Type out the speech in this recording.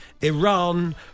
Iran